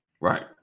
Right